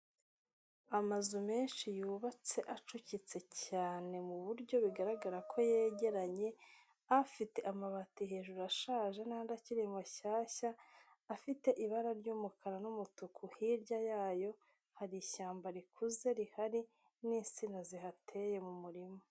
Amazu menshi yubatse acucitse cyane mu buryo bigaragara ko yegeranye, afite amabati hejuru ashaje n'andi akiri mashyashya, afite ibara ry'umukara n'umutuku, hirya yayo hari ishyamba rikuze rihari n'insina zihateye mu murima.